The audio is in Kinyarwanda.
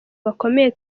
bakomeye